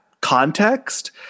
context